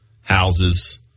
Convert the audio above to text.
houses